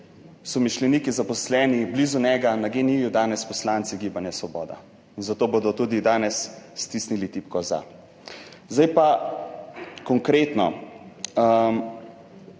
somišljeniki, zaposleni blizu njega na GEN-I, danes poslanci Gibanja Svoboda. In zato bodo tudi danes stisnili tipko za. Zdaj pa konkretno